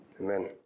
Amen